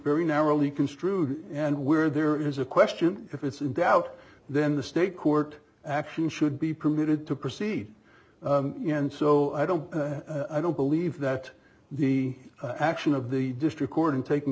very narrowly construed and where there is a question if it's in doubt then the state court action should be permitted to proceed and so i don't i don't believe that the action of the district court in taking